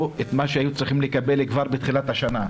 את מה שהיו צריכים לקבל כבר בתחילת השנה.